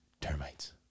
termites